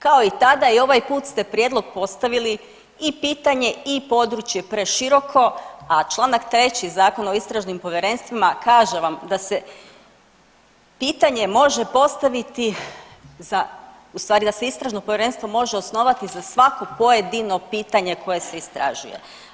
Kao i tada i ovaj put ste prijedlog postavili i pitanje i područje preširoko, a Članak 3. Zakona o istražnim povjerenstvima kaže vam da se pitanje može postaviti za, u stvari da se istražno povjerenstvo može osnovati za svako pojedino pitanje koje se istražuje.